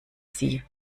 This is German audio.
sie